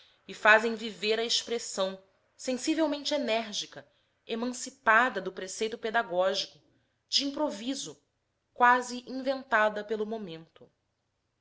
e fazem viver a expressão sensivelmente enérgica emancipada do preceito pedagógico de improviso quase inventada pelo momento